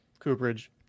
cooperage